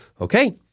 okay